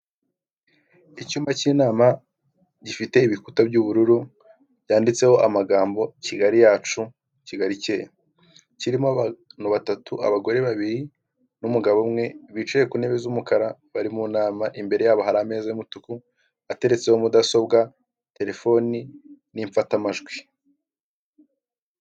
Icyumba k'inama gifite ibikuta by'ubururu byanditseho amagambo, Kigali yacu, Kigali ikeye, kirimo abantu batatu abagore babiri n'umugabo umwe bicaye ku ntebe z'umukara bari mu nama, imbere yabo hari ameza y'umutuku ateretseho mudasobwa terefone, n'imfatamajwi.